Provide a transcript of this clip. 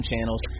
channels